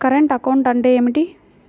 Current account అంటే ఏమిటి?